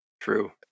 True